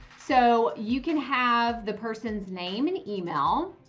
so you can have the person's name and email.